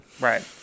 Right